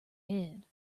head